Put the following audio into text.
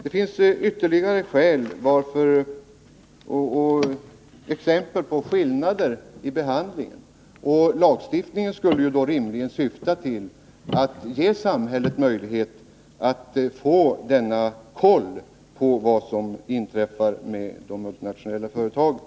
Det finns ytterligare skäl, och det finns ytterligare exempel på skillnader mellan multinationella och andra företag. Lagstiftning skulle således rimligen syfta till att ge samhället möjlighet att få koll på vad som inträffar i de multinationella företagen.